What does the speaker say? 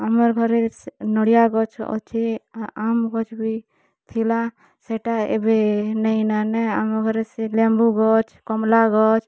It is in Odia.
ଆମର୍ ଘରେ ନଡ଼ିଆ ଗଛ୍ ଅଛେ଼ ଆମ୍ବ୍ ଗଛ୍ ବି ଥିଲା ସେଟା ଏବେ ନାଇଁନ ଆମର୍ ଘରେ ସେ ଲେମ୍ବୁ ଗଛ୍ କମ୍ଲା ଗଛ୍